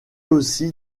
aussi